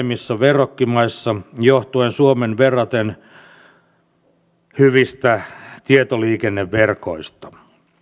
tasavertaisemmin kuin useimmissa verrokkimaissa johtuen suomen verraten hyvistä tietoliikenneverkoista